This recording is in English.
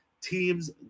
teams